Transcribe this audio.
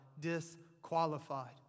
disqualified